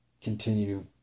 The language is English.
continue